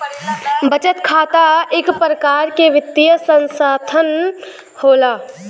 बचत खाता इक परकार के वित्तीय सनसथान होला